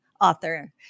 author